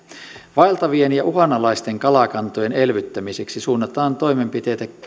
vaeltavien ja uhanalaisten kalakantojen elvyttämiseksi suunnataan toimenpiteitä